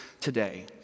today